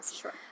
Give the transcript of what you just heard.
Sure